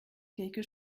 quelque